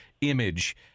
image